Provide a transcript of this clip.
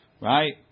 Right